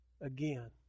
Again